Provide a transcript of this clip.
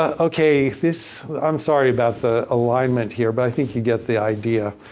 um okay, this, i'm sorry about the alignment here, but i think you get the idea.